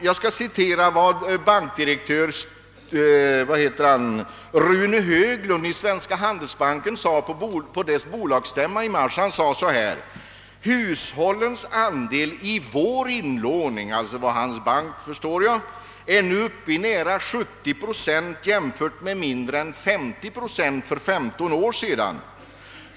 Jag skall citera vad bankdirektör Rune Höglund i Svenska handelsbanken sade på bankens bolagsstämma i mars: »Hushållens andel i vår inlåning» — alltså Handelsbankens inlåning — »är nu uppe i nära 70 procent jämfört med mindre än 50 procent för 15 år sedan.